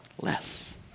less